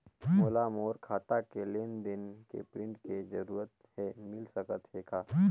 मोला मोर खाता के लेन देन के प्रिंट के जरूरत हे मिल सकत हे का?